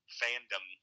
fandom